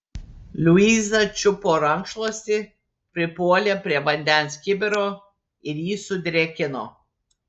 luiza čiupo rankšluostį pripuolė prie vandens kibiro ir jį sudrėkino